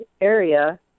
area